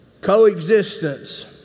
Coexistence